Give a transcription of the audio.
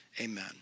amen